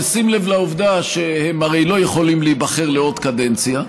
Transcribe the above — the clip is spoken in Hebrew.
בשים לב לעובדה שהם הרי לא יכולים להיבחר לעוד קדנציה,